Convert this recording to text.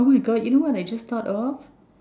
oh my god you know what I just thought of